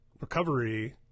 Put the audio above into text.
recovery